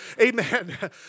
Amen